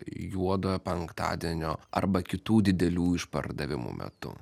juodojo penktadienio arba kitų didelių išpardavimų metu